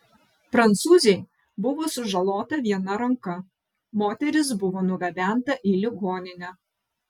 prancūzei buvo sužalota viena ranka moteris buvo nugabenta į ligoninę